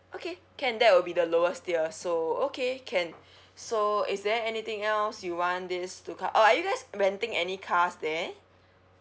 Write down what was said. okay can that will be the lowest tier so okay can so is there anything else you want this to oh are you guys renting any cars there